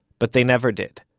but they never did.